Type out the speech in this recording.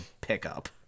pickup